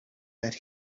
that